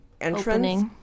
entrance